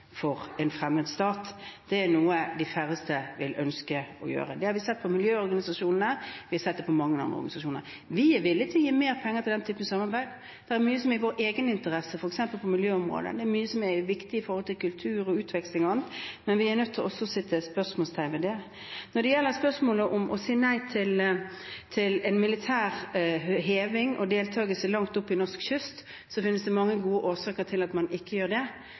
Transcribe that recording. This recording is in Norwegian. for en fremmed stat. Det er noe de færreste vil ønske å gjøre. Det har vi sett med miljøorganisasjonene, og vi har sett det med mange andre organisasjoner. Vi er villig til å gi mer penger til den typen samarbeid. Det er mye som er i vår egen interesse, f.eks. på miljøområdet. Det er mye som er viktig med hensyn til kultur og utveksling og annet, men vi er nødt til også å sette spørsmålstegn ved det. Når det gjelder spørsmålet om å si nei til en militær heving og deltagelse langt oppe på norsk kyst, finnes det mange gode årsaker til at man ikke gjør det.